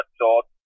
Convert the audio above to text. thought